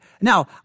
Now